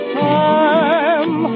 time